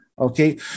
okay